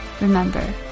Remember